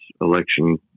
Election